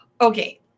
Okay